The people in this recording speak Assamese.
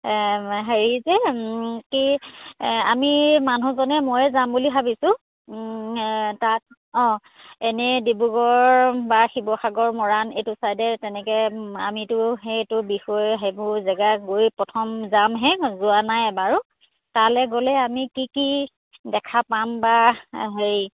হেৰি যে কি আমি মানুহজনে ময়ে যাম বুলি ভাবিছোঁ তাত অঁ এনেই ডিব্ৰুগড় বা শিৱসাগৰ মৰাণ এইটো ছাইডে তেনেকৈ আমিতো সেইটো বিষয়ে সেইবোৰ জেগা গৈ প্ৰথম যামহে যোৱা নাই এবাৰো তালৈ গ'লে আমি কি কি দেখা পাম বা হেৰি